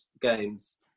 games